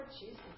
Jesus